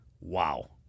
Wow